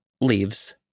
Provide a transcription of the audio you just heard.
leaves